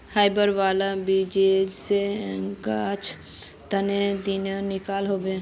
Hybrid वाला बिच्ची से गाछ कते दिनोत निकलो होबे?